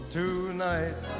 tonight